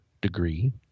degree